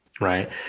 Right